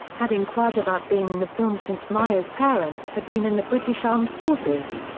had inquired about being in the film since myers' parents had been in the british armed forces.